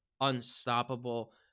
unstoppable